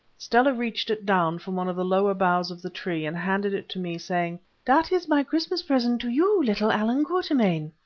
stella reached it down from one of the lower boughs of the tree and handed it to me, saying dat is my christmas present to you, little allan quatermain.